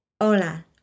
Hola